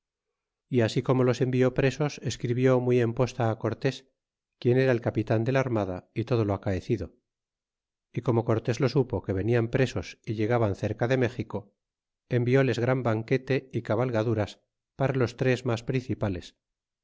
y así como los envió presos escribió muy en posta á cortés quien era el capitan de la ar mada y todo lo acaecido y como cortés lo supo que venían presos y llegaban cerca de méxico envilles gran banquete é cabalgaduras para los tres mas principales